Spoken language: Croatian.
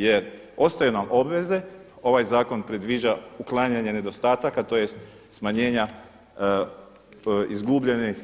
Jer ostaje nam obveze, ovaj zakon predviđa uklanjanje nedostataka tj. smanjenja izgubljenih